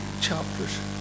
chapters